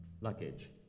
luggage